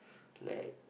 like